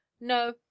No